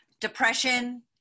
depression